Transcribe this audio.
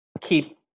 keep